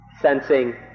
sensing